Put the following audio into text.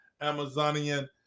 Amazonian